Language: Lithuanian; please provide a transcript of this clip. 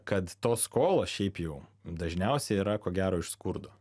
kad tos skolos šiaip jau dažniausiai yra ko gero iš skurdo